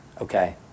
Okay